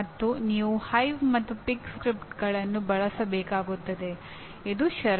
ಮತ್ತು ನೀವು ಹೈವ್ ಮತ್ತು ಪಿಗ್ ಸ್ಕ್ರಿಪ್ಟ್ಗಳನ್ನು ಬಳಸಬೇಕಾಗುತ್ತದೆ ಇದು ಷರತ್ತು